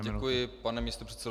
Děkuji, pane místopředsedo.